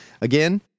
Again